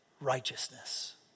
righteousness